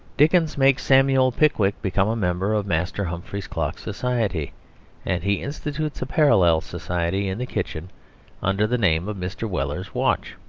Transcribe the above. dickens makes samuel pickwick become a member of master humphrey's clock society and he institutes a parallel society in the kitchen under the name of mr. weller's watch.